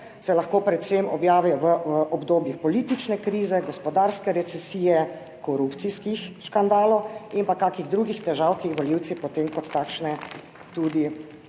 se lahko predvsem objavijo v obdobjih politične krize, gospodarske recesije, korupcijskih škandalov in pa kakšnih drugih težav, ki jih volivci potem kot takšne tudi